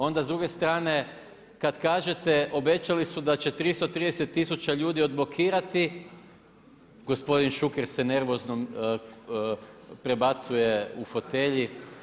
Onda s druge strane kad kažete obećali su da će 330 000 ljudi odblokirati gospodin Šuker se nervozno prebacuje u fotelji.